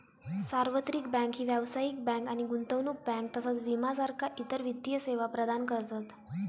सार्वत्रिक बँक ही व्यावसायिक बँक आणि गुंतवणूक बँक तसाच विमा सारखा इतर वित्तीय सेवा प्रदान करतत